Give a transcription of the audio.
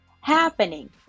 happening